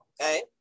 Okay